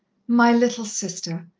my little sister,